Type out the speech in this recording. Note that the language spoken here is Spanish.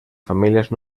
familias